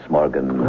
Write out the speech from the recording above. Morgan